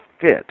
fit